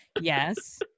yes